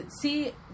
see